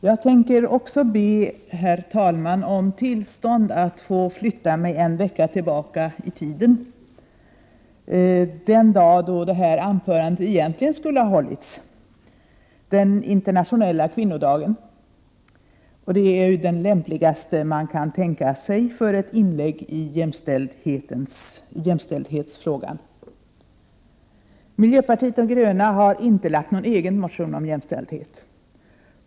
Jag tänker be herr talmannen om tillstånd att få flytta mig en vecka tillbaka i tiden, till den dag då detta anförande egentligen skulle ha hållits — den internationella kvinnodagen. Det är den lämpligaste dag man kan tänka sig för ett inlägg i jämställdhetsfrågan. Miljöpartiet de gröna har inte väckt någon egen motion om jämställdhet.